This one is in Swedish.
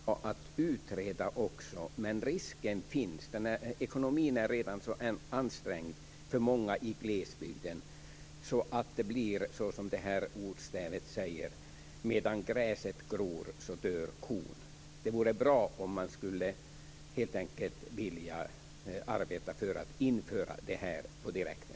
Fru talman! Det är i och för sig väldigt bra att utreda, Siv Holma, men ekonomin är redan så ansträngd för många i glesbygden att det blir som i ordstävet: Medan gräset gror, dör kon. Det vore bra att arbeta för att helt enkelt införa det här på direkten.